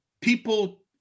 people